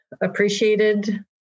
appreciated